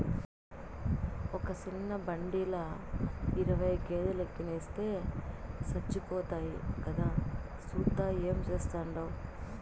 ఒక సిన్న బండిల ఇరవై గేదేలెనెక్కిస్తే సచ్చిపోతాయి కదా, సూత్తూ ఏం చేస్తాండావు